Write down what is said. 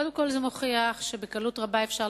קודם כול זה מוכיח שבקלות רבה אפשר